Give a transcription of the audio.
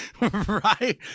Right